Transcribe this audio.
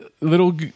little